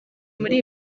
muri